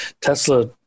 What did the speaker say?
Tesla